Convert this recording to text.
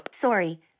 Sorry